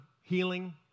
healing